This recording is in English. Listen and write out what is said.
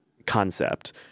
concept